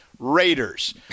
Raiders